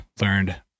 learned